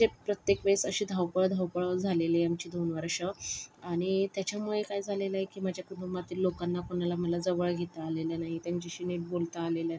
म्हणजे प्रत्येक वेळेस अशी धावपळ धावपळ झालेली आहे आमची दोन वर्ष आणि त्याच्यामुळे काय झालेलं आहे की माझ्या कुटुंबातील लोकांना कोणाला मला जवळ घेता आलेलं नाही त्यांच्याशी नीट बोलता आलेलं नाही